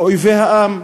כאויבי העם.